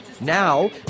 Now